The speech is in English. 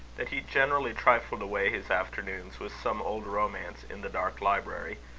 that he generally trifled away his afternoons with some old romance in the dark library,